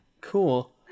Cool